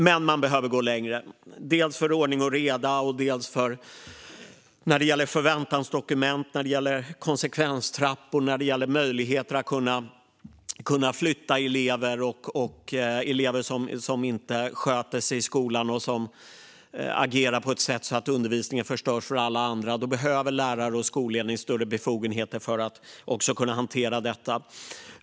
Men man behöver gå längre - dels för att få ordning och reda, dels när det gäller förväntansdokument, konsekvenstrappor och möjligheter att flytta elever som inte sköter sig i skolan och som agerar på ett sätt så att undervisningen förstörs för alla. Lärare och skolledning behöver större befogenheter för att kunna hantera detta.